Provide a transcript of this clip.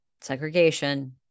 segregation